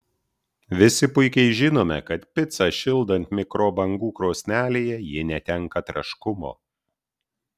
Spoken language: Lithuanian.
visi puikiai žinome kad picą šildant mikrobangų krosnelėje ji netenka traškumo